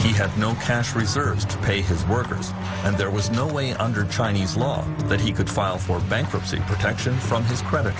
he had no cash reserves to pay his workers and there was no way under chinese law that he could file for bankruptcy protection from his credit